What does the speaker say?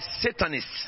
Satanists